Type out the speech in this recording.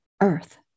Earth